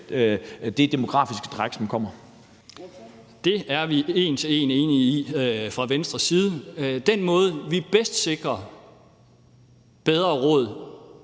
Pedersen (V): Det er vi en til en enige i fra Venstres side. Den måde, vi bedst sikrer bedre råd